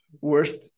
Worst